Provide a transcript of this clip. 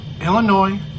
Illinois